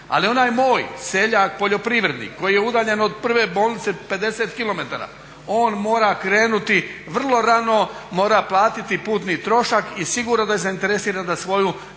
Ali onaj moj seljak, poljoprivrednik koji je udaljen od prve bolnice 50km, on mora krenuti vrlo rano, mora platiti putni trošak i sigurno da je zainteresiran da svoju